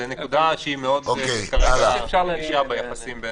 זאת נקודה שהיא כרגע מאוד רגישה ביחסים בין